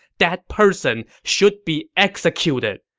that person should be executed!